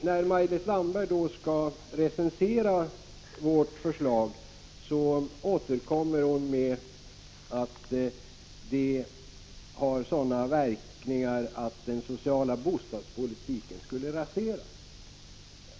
När Maj-Lis Landberg skall recensera vårt förslag återkommer hon till att det har sådana verkningar att den sociala bostadspolitiken skulle raseras.